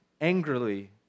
angrily